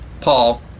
Paul